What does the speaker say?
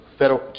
federal